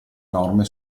norme